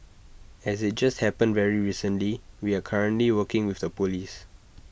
as IT has just happened very recently we are currently working with the Police